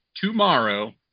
tomorrow